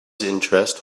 interest